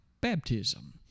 baptism